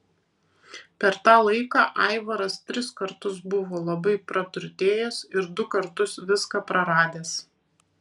per tą laiką aivaras tris kartus buvo labai praturtėjęs ir du kartus viską praradęs